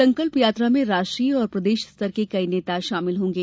संकल्प यात्रा में राष्ट्रीय और प्रदेश स्तर के कई नेता शामिल होंगे